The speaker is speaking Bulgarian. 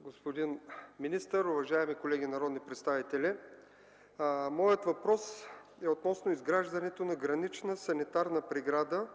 Господин министър, уважаеми колеги народни представители, моят въпрос е относно изграждането на гранична санитарна преграда